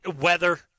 weather